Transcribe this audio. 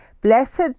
Blessed